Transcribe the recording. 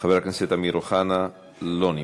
חבר הכנסת אמיר אוחנה, לא נמצא.